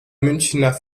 münchner